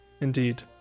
Indeed